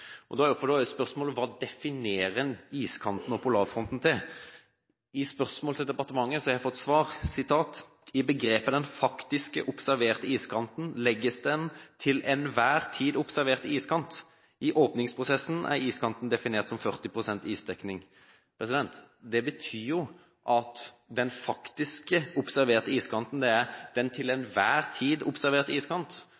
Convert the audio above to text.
Da er spørsmålet: Hva definerer en «iskanten og polarfronten» til? På spørsmål til departementet har jeg fått svar: «I begrepet den faktiske/observerte iskanten legges den til enhver tid observerte iskant. I åpningsprosessen er iskanten definert som 40 pst. isdekning.» Det betyr at den «faktiske/observerte iskanten» er «den til enhver tid observerte iskant». Vi er alle kjent med at den